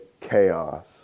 chaos